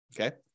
Okay